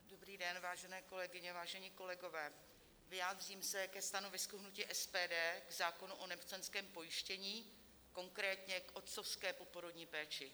Dobrý den, vážené kolegyně, vážení kolegové, vyjádřím se ke stanovisku hnutí SPD k zákonu o nemocenském pojištění, konkrétně k otcovské poporodní péči.